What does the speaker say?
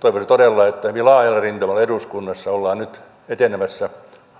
toivoisin todella että hyvin laajalla rintamalla eduskunnassa ollaan nyt etenemässä